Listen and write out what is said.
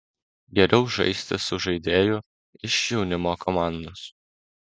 geriau žaisti su žaidėju iš jaunimo komandos